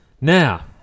Now